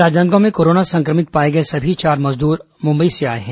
राजनांदगांव में कोरोना संक्रमित पाए गए सभी चार मजदूर मुंबई से आए हैं